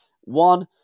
One